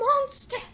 monster